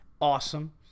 Awesome